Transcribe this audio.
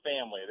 family